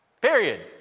Period